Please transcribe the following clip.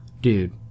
Dude